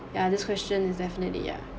ya this question is definitely yeah